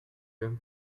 eux